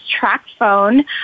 TrackPhone